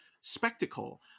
spectacle